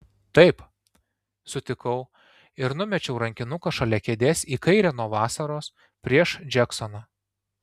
taip sutikau ir numečiau rankinuką šalia kėdės į kairę nuo vasaros prieš džeksoną